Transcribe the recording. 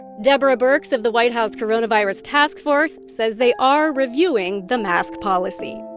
deborah birx of the white house coronavirus task force says they are reviewing the mask policy